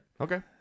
Okay